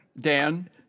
Dan